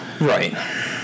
Right